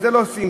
את זה לא עושים.